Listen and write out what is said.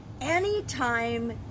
Anytime